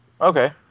Okay